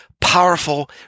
powerful